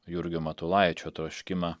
jurgio matulaičio troškimą